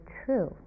true